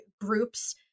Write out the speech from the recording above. groups